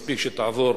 מספיק שתעבור